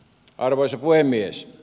arvoisa puhemies